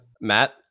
Matt